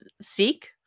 seek